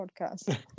podcast